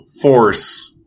force